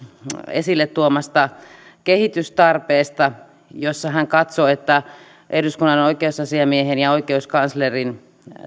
esille tuomasta kehitystarpeesta jossa hän katsoo että eduskunnan oikeusasiamiehen ja oikeuskanslerin